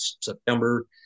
september